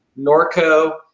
Norco